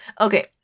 okay